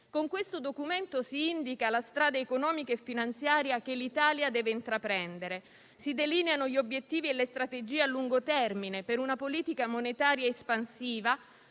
Con questo Documento si indica la strada economica e finanziaria che l'Italia deve intraprendere, si delineano gli obiettivi e le strategie a lungo termine, per una politica monetaria espansiva,